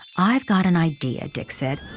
i've got an idea, dick said.